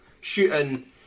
shooting